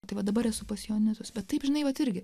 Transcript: tai va dabar esu pas joanitus bet taip žinai vat irgi